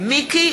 מיקי